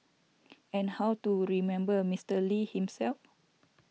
and how to remember Mister Lee himself